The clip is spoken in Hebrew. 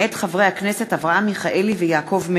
מאת חברי הכנסת מירי רגב,